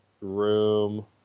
room